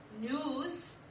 News